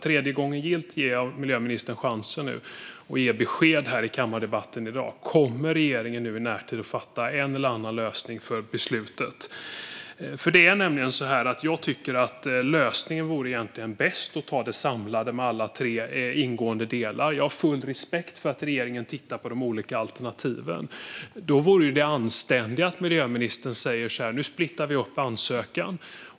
Tredje gången gillt ger jag nu miljöministern chansen att ge besked här i kammardebatten i dag: Kommer regeringen i närtid att fatta beslut om en eller annan lösning? Jag tycker att den bästa lösningen egentligen vore att ta detta samlat, med alla de tre ingående delarna. Jag har dock full respekt för att regeringen tittar på de olika alternativen. Det anständiga vore att miljöministern säger: Nu delar vi upp ansökan.